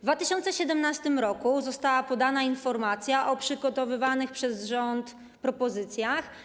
W 2017 r. została podana informacja o przygotowywanych przez rząd propozycjach.